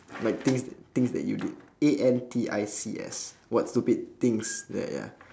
like things that things that you did A N T I C S what stupid things that ya